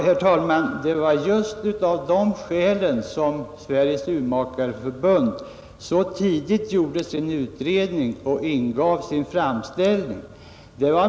Herr talman! Det var just av de skälen som Sveriges Urmakareoch optikerförbund så tidigt gjorde sin utredning och ingav sin framställning.